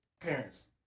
parents